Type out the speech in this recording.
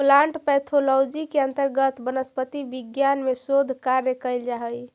plant pathology के अंतर्गत वनस्पति विज्ञान में शोध कार्य कैल जा हइ